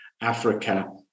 Africa